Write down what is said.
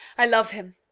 i love him,